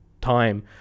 time